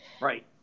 Right